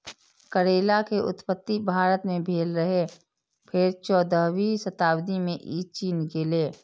करैला के उत्पत्ति भारत मे भेल रहै, फेर चौदहवीं शताब्दी मे ई चीन गेलै